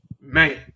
man